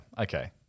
Okay